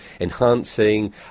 enhancing